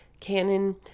Canon